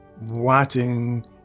watching